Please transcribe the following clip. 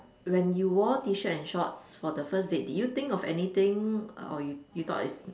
when you wore T-shirt and shorts for the first date did you think of anything err or you you thought is